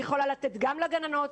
אני יכולה לתת גם לגננות,